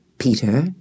peter